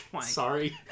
Sorry